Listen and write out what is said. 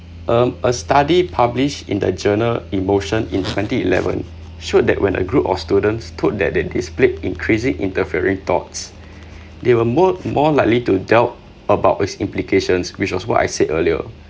um a study published in the journal emotion in twenty eleven showed that when a group of students told that they displayed increasing interfering thoughts they were more more likely to doubt about its implications which was what I said earlier